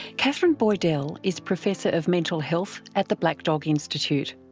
katherine boydell is professor of mental health at the black dog institute.